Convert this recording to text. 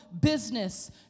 business